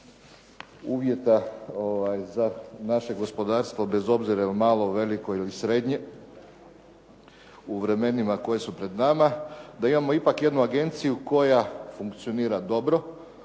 uvjeta za naše gospodarstvo bez obzira jel' malo, veliko ili srednje, u vremenima koja su pred nama, da imamo ipak jednu agenciju koja funkcionira dobro,